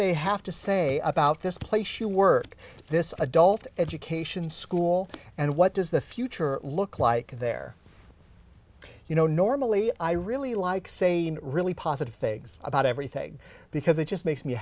they have to say about this place you work this adult education school and what does the future look like they're you know normally i really like say really positive things about everything because it just makes me